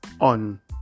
on